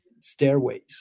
stairways